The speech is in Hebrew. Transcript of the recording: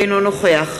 אינו נוכח